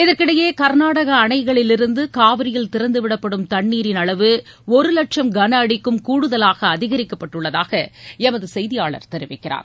இதற்கிடையே கர்நாடக அணைகளிலிருந்து காவிரியில் திறந்துவிடப்படும் தண்ணீரின் அளவு ஒரு லட்சம் கன அடிக்கும் கூடுதலாக அதிகரிக்கப்பட்டுள்ளதாக எமது செய்தியாளர் தெரிவிக்கிறார்